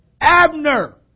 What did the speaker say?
Abner